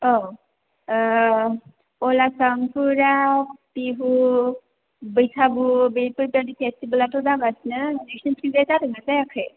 औ अइल आसामफुराव बिहु बैसागु बेफोर दानि फेस्टिभेलआथ जागासिनो नोंसोरनिथिंजाय जादोंना जायाखै